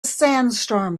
sandstorm